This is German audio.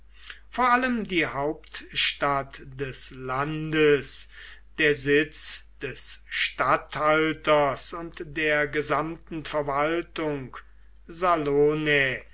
vor allem die hauptstadt des landes der sitz des statthalters und der gesamten verwaltung